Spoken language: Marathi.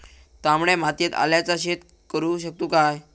तामड्या मातयेत आल्याचा शेत करु शकतू काय?